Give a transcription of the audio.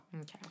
okay